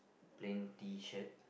plain T-shirt